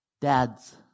Dads